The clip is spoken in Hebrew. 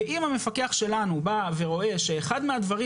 ואם המפקח שלנו בא ורואה שאחד מהדברים